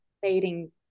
fading